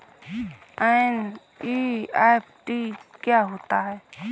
NEFT क्या होता है?